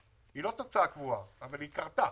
היא לא תוצאה קבועה אבל היא קרתה